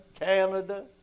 Canada